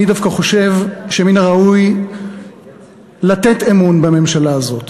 אני דווקא חושב שמן הראוי לתת אמון בממשלה הזאת.